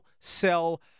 sell